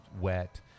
wet